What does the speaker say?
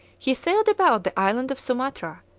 he sailed about the island of sumatra,